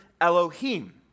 Elohim